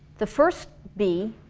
the first b